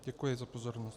Děkuji za pozornost.